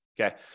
Okay